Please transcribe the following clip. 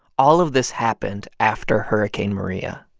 all of this happened after hurricane maria.